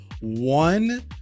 one